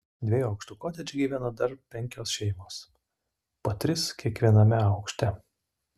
dviejų aukštų kotedže gyveno dar penkios šeimos po tris kiekviename aukšte